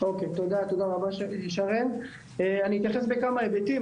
אוקיי, אני אתייחס בכמה היבטים.